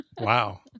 Wow